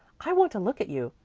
i want to look at you.